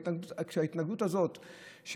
וההתנגדות הזאת,